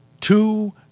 Two